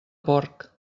porc